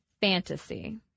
fantasy